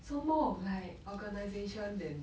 so more of like organisation than